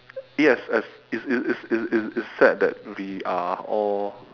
yes yes it's it's it's it's it's sad that we are all